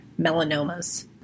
melanomas